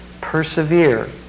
persevere